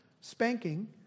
spanking